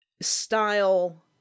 style